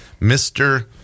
Mr